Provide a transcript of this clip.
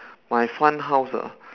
my fun house ah